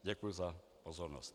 Děkuji za pozornost.